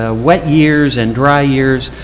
ah what years and dry years,